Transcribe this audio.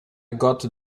got